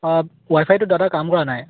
অঁ ৱাইফাইটোৱে দাদা কাম কৰা নাই